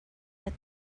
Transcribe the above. that